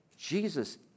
Jesus